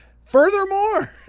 Furthermore